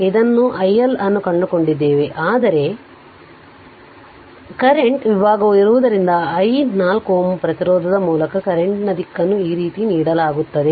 ಇದನ್ನು i L ಅನ್ನು ಕಂಡುಕೊಂಡಿದ್ದೇವೆ ಆದರೆ ಕರೆಂಟ್ ವಿಭಾಗವು ಇರುವುದರಿಂದ i 4 Ω ಪ್ರತಿರೋಧದ ಮೂಲಕ ಕರೆಂಟ್ನ ದಿಕ್ಕನ್ನು ಈ ರೀತಿ ನೀಡಲಾಗುತ್ತದೆ